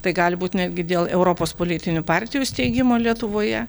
tai gali būt netgi dėl europos politinių partijų steigimo lietuvoje